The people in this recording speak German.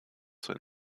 zur